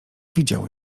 widział